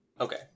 Okay